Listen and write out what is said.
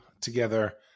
together